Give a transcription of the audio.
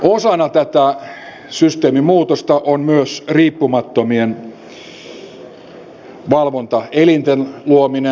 osana tätä systeemin muutosta on myös riippumattomien valvontaelinten luominen